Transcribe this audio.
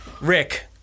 Rick